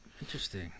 interesting